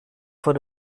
voor